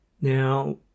Now